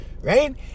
right